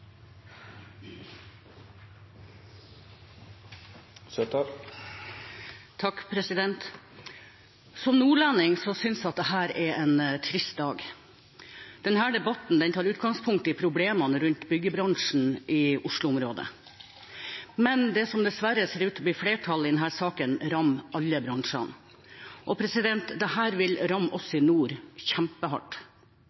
Som nordlending synes jeg dette er en trist dag. Denne debatten tar utgangspunkt i problemene rundt byggebransjen i Oslo-området. Men det som det dessverre ser ut til å bli flertall for i denne saken, rammer alle bransjer, og dette vil ramme